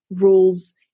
rules